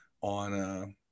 on –